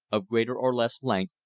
of greater or less length,